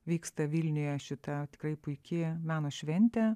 vyksta vilniuje šita tikrai puiki meno šventė